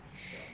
siao